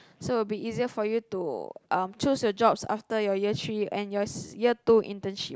so it will be easier for you to um choose your jobs after your year three and your year two internship